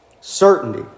Certainty